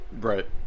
Right